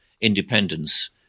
independence